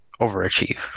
overachieve